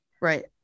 Right